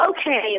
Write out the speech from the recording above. Okay